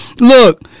look